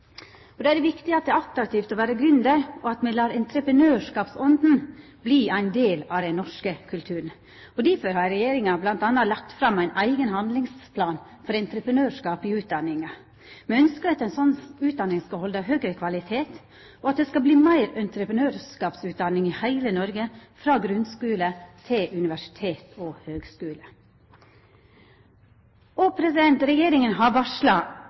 er det viktig at det er attraktivt å vera gründer, og at me let entreprenørskapsånda verta ein del av den norske kulturen. Derfor har regjeringa m.a. lagt fram ein eigen handlingsplan for entreprenørskap i utanninga. Me ønskjer at ei slik utdanning skal halda høgare kvalitet, og at det skal verta meir entreprenørskapsutdanning i heile Noreg, frå grunnskule til universitet og høgskule. Regjeringa har varsla